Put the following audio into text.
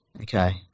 Okay